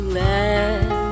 let